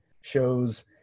shows